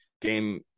game